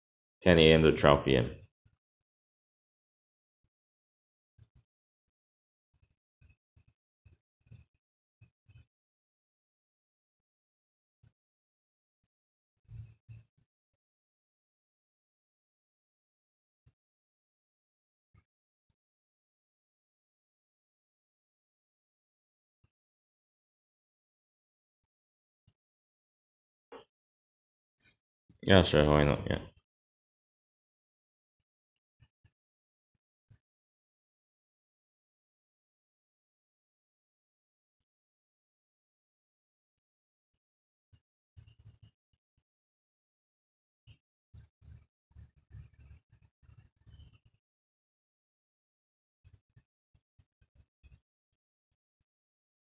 ten A_M to twelve P_M ya sure why not ya